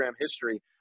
history